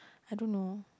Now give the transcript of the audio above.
I don't know